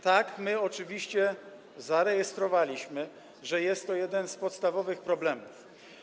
Tak, my oczywiście zarejestrowaliśmy, że jest to jeden z podstawowych problemów.